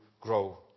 grow